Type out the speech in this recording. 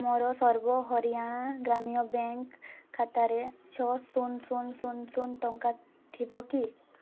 ମୋର ସର୍ବ ହରିୟାଣା ଗ୍ରାମ୍ୟ ବ୍ୟାଙ୍କ୍ ଖାତାରେ ଛଅ ଶୂନ ଶୂନ ଶୂନ ଶୂନ ଟଙ୍କା ଥିବ କି